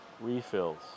refills